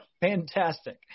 Fantastic